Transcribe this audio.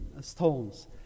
stones